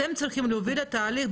אתם צריכים להוביל את התהליך.